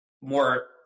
more